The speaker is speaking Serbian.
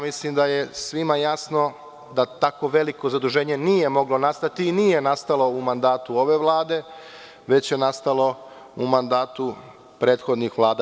Mislim da je svima jasno da tako veliko zaduženje nije moglo nastati i nije nastalo u mandatu ove Vlade, već je nastalo u mandatu prethodnih vlada.